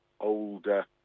older